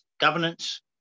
governance